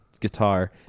guitar